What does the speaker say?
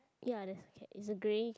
ya there's a cat it's a grey